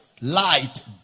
Light